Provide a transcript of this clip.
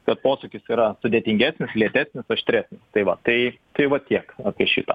kad posūkis yra sudėtingesnis lėtesnis aštresnis tai va tai tai va tiek apie šitą